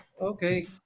Okay